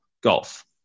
golf